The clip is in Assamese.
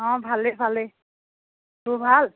অ' ভালে ভালে তোৰ ভাল